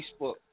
Facebook